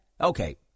Okay